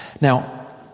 Now